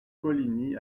coligny